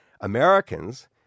Americans